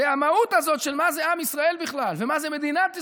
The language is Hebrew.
זה המהות הזאת של מה זה עם ישראל בכלל ומה זה מדינת ישראל,